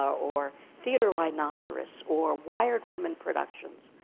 or or theatre rhinoceros, or wired women productions